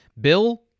Bill